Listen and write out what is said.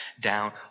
down